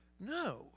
No